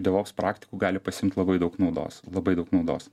devops praktikų gali pasiimt labai daug naudos labai daug naudos